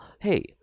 Hey